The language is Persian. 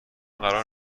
قرار